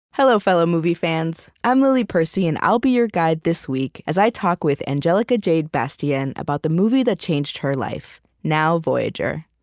hello, fellow movie fans. i'm lily percy, and i'll be your guide this week as i talk with angelica jade bastien about the movie that changed her life, now, voyager.